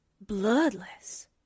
bloodless